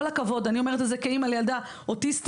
אני אומרת את זה כאמא לילדה אוטיסטית,